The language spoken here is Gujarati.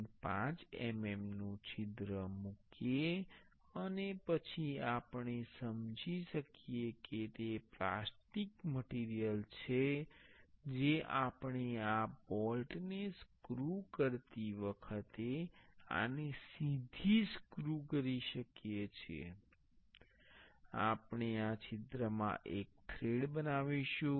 5 mmનું છિદ્ર મૂકીએ અને પછી આપણે સમજી શકીએ કે તે પ્લાસ્ટિક મટીરિયલ છે જે આપણે આ બોલ્ટ ને સ્ક્રૂ કરતી વખતે આને સીધી સ્ક્રૂ કરી શકીએ છીએ આપણે આ છિદ્રમાં એક થ્રેડ બનાવીશું